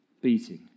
beating